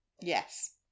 Yes